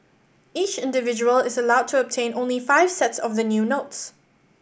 each individual is allowed to obtain only five sets of the new notes